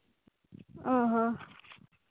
ᱚᱸᱻ ᱦᱚᱸ